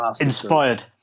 Inspired